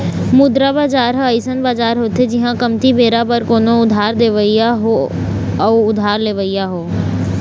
मुद्रा बजार ह अइसन बजार होथे जिहाँ कमती बेरा बर कोनो उधार देवइया हो अउ उधार लेवइया हो